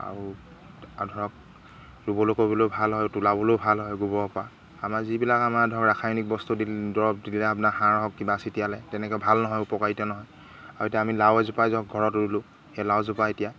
আৰু আৰু ধৰক ৰুবলৈ কৰিবলৈও ভাল হয় তোলাবলৈও ভাল হয় গোবৰৰপৰা আমাৰ যিবিলাক আমাৰ ধৰক ৰাসায়নিক বস্তু দিলে দৰৱ দিলে আপোনাৰ সাৰ হওক কিবা চিটিয়ালে তেনেকৈ ভাল নহয় উপকাৰিতা নহয় আৰু এতিয়া আমি লাও এজোপাই ধৰক ঘৰত ৰুলোঁ সেই লাওজোপা এতিয়া